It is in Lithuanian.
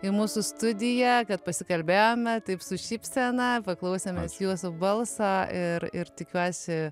į mūsų studiją kad pasikalbėjome taip su šypsena paklausėm mes jūsų balso ir ir tikiuosi